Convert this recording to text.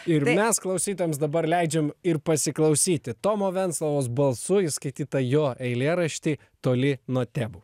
ir mes klausytojams dabar leidžiam ir pasiklausyti tomo venclovos balsu įskaitytą jo eilėraštį toli nuo tebų